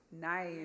Nice